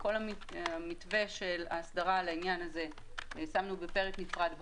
את כל המתווה של הסדרת העניין הזה שמנו בפרק נפרד בחוק,